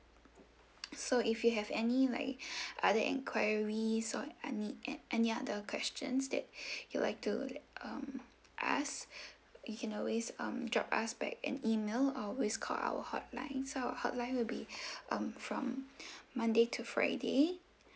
so if you have any like other enquiries or any any other questions that you'll like to um ask you can always um drop us back an email or always call our hotline so our hotline will be um from monday to friday